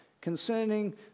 Concerning